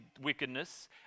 wickedness